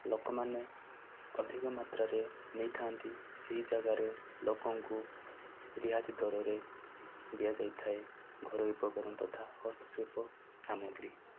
ଲୋକମାନେ ଅଧିକ ମାତ୍ରରେ ନେଇଥାନ୍ତି ସେହି ଯାଗାରେ ଲୋକଙ୍କୁ ରିହାତି ଦରରେ ଦିଆଯାଇଥାଏ ଘରୋଇ ଉପକରଣ ତଥା ହସ୍ତଶିଳ୍ପ ସାମଗ୍ରୀ